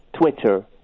Twitter